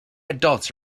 adults